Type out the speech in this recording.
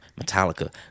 Metallica